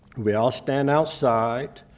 we all stand outside.